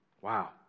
wow